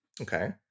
Okay